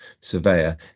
surveyor